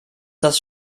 das